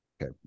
Okay